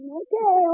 okay